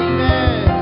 Amen